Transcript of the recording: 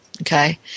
Okay